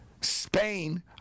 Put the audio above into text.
Spain